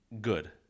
good